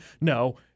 no